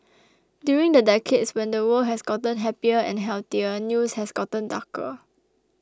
during the decades when the world has gotten happier and healthier news has gotten darker